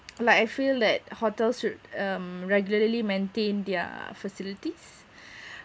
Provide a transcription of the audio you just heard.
like I feel that hotel should um regularly maintain their facilities